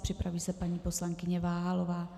Připraví se paní poslankyně Váhalová.